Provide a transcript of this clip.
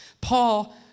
Paul